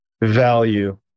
value